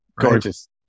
Gorgeous